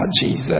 Jesus